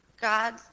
God